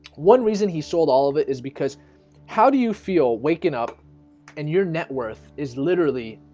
one reason he sold all of it is because how do you feel waking up and your net worth is literally?